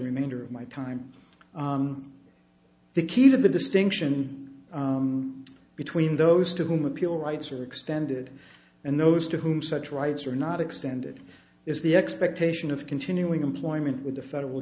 remainder of my time the key to the distinction between those to whom appeal rights are extended and those to whom such rights are not extended is the expectation of continuing employment with the federal